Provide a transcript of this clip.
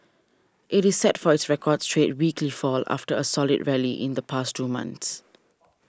it is set for its record straight weekly fall after a solid rally in the past two months